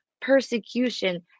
persecution